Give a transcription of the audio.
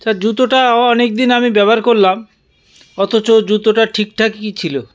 তা জুতোটাও অনেক দিন আমি ব্যবহার করলাম অথচ জুতোটা ঠিকঠাকই ছিল